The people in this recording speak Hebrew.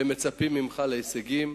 והם מצפים ממך להישגים,